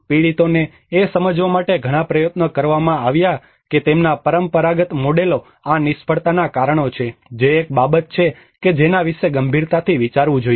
પીડિતોને એ સમજવા માટે ઘણા પ્રયત્નો કરવામાં આવ્યા કે તેમના પરંપરાગત મોડેલો આ નિષ્ફળતાના કારણો છે જે એક બાબત છે કે જેના વિશે ગંભીરતાથી વિચારવું જોઈએ